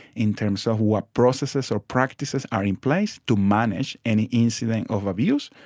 in terms of what processes or practices are in place to manage any incidents of abuse,